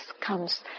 comes